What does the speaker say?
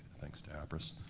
thanks to appriss.